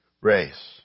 race